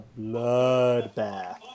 bloodbath